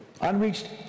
unreached